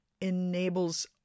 enables